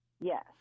Yes